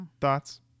thoughts